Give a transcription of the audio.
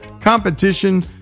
competition